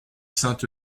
saint